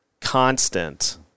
constant